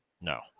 No